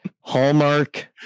Hallmark